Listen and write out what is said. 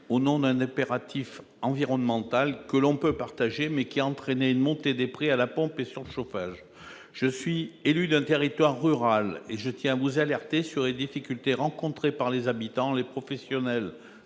au nom d'un impératif environnemental, que l'on peut partager, mais qui a entraîné une montée des prix à la pompe et du chauffage. Je suis élu d'un territoire rural et je tiens à vous alerter sur les difficultés rencontrées par les habitants, les professionnels